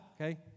okay